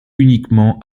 uniquement